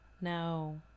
no